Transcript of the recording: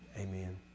Amen